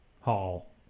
hall